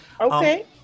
Okay